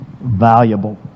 valuable